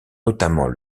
notamment